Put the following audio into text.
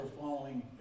following